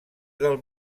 del